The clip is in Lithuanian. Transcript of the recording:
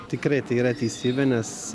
tikrai tai yra teisybė nes